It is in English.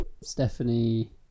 Stephanie